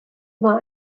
war